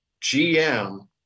GM